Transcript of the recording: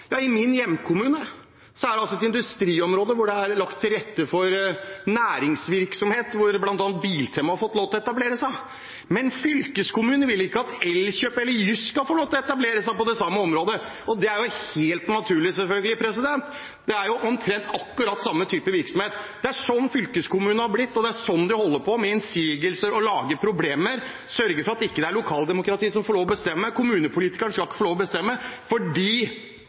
I min hjemkommune er det et industriområde hvor det er lagt til rette for næringsvirksomhet, hvor bl.a. Biltema har fått lov til å etablere seg. Men fylkeskommunen vil ikke at Elkjøp og Jysk skal få lov til å etablere seg på det samme området. Det ville jo selvfølgelig være helt naturlig. Det er jo omtrent akkurat den samme typen virksomhet. Det er slik fylkeskommunen har blitt, og det er slik de holder på – kommer med innsigelser, lager problemer og sørger for at det ikke er lokaldemokratiet som får lov til å bestemme. Kommunepolitikerne skal ikke få lov til å bestemme fordi